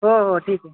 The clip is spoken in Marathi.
हो हो ठीक आहे